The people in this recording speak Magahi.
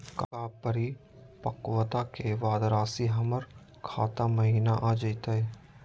का परिपक्वता के बाद रासी हमर खाता महिना आ जइतई?